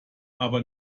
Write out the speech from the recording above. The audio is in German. aber